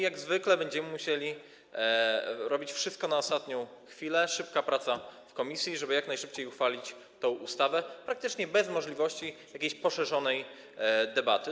Jak zwykle będziemy musieli robić wszystko na ostatnią chwilę - szybka praca w komisji, żeby jak najszybciej uchwalić tę ustawę, praktycznie bez możliwości jakiejś poszerzonej debaty.